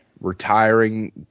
retiring